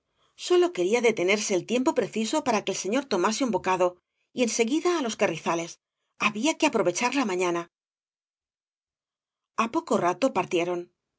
sólo quería detenerse el tiempo preciso para que el señor tomase un bocado y en seguida á loa carrizales había qu aprovechar la mañana al poco rato partieron